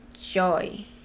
joy